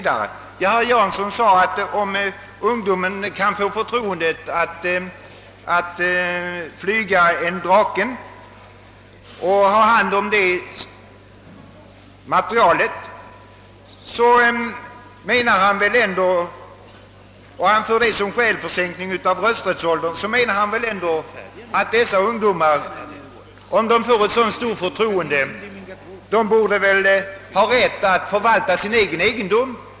Ja, när herr Jansson sade, att ungdomar kan få förtroendet att flyga Draken och ha hand om detta material, och anförde det såsom skäl för en sänkning av rösträttsåldern, menade han väl ändå att dessa ungdomar, om de får ett så stort förtroende, borde ha rätt att förvalta sin egen egendom.